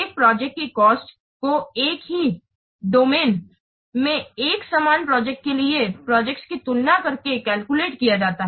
एक प्रोजेक्ट की कॉस्ट को एक ही अनुप्रयोग डोमेन में एक समान प्रोजेक्ट के लिए प्रोजेक्ट की तुलना करके कैलकुलेट किया जाता है